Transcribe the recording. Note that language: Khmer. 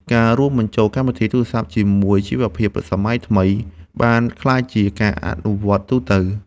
ការរួមបញ្ចូលកម្មវិធីទូរសព្ទជាមួយជីវភាពសម័យថ្មី បានក្លាយជាការអនុវត្តទូទៅ។